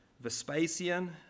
Vespasian